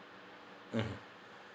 mm